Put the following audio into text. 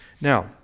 Now